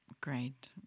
Great